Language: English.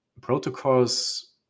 Protocols